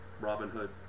Robinhood